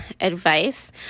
advice